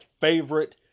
favorite